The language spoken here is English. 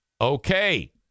Okay